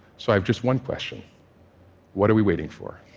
so i have just one question what are we waiting for?